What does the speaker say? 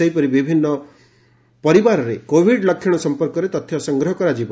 ସେହିପରି ବିଭିନ୍ନ ପରିବାରରେ କୋଭିଡ ଲକ୍ଷଣ ସଂପର୍କରେ ତଥ୍ୟ ସଂଗ୍ରହ କରାଯିବ